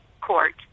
court